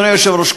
אדוני היושב-ראש,